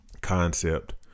concept